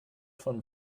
von